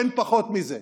אין פחות מזה.